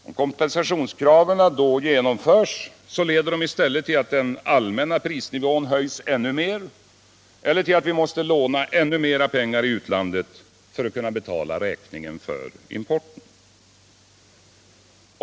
Om kompensationskraven då genomförs, leder det i stället till att den allmänna prisnivån höjs ännu mer eller till att vi måste låna ännu mer pengar i utlandet för att kunna betala räkningen för importen.